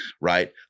right